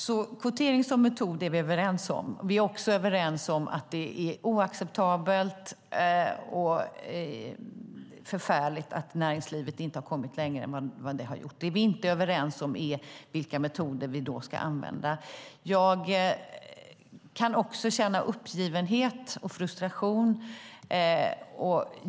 Vi är överens om kvotering som metod. Vi är också överens om att det är oacceptabelt och förfärligt att näringslivet inte har kommit längre än vad det har gjort. Det vi inte är överens om är vilka metoder vi ska använda. Jag kan också känna uppgivenhet och frustration.